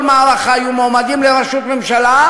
מערכה שיהיו מועמדים לראשות ממשלה,